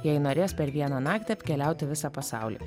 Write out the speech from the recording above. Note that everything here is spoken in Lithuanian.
jei norės per vieną naktį apkeliauti visą pasaulį